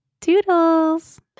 Toodles